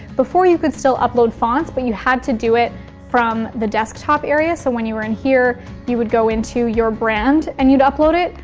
before you could still upload fonts but you had to do it from the desktop area. so when you were in here you would go into your brand and you'd upload it.